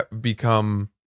become